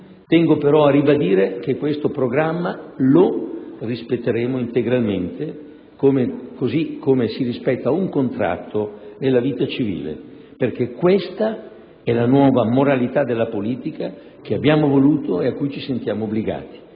Tengo però a ribadire che questo programma lo rispetteremo integralmente, così come si rispetta un contratto nella vita civile, perché questa è la nuova moralità della politica, che abbiamo voluto e alla quale ci sentiamo obbligati,